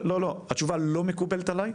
התשובה לא מקובלת עלי,